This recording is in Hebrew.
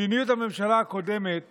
מדיניות הממשלה הקודמת